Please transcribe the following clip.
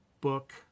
book